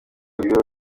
ibiro